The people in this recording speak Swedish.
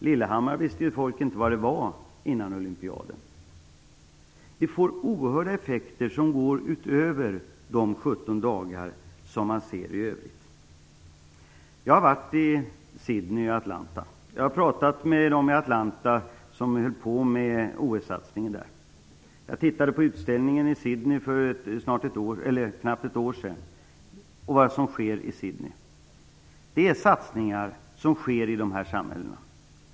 Lillehammer visste folk inte vad det var före olympiaden. Det får alltså oerhörda effekter, som går utöver de 17 dagarna. Jag har varit i Sydney och i Atlanta. Jag har pratat med dem som höll på med OS-satsningen i Atlanta, och jag har tittat på utställningen i Sydney för knappt ett år sedan och på vad som sker där. Det är satsningar som sker i de här samhällena.